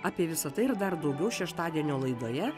apie visa tai ir dar daugiau šeštadienio laidoje